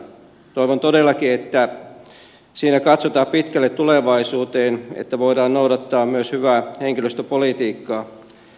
toivon todellakin että siinä katsotaan pitkälle tulevaisuuteen niin että voidaan noudattaa myös hyvää henkilöstöpolitiikkaa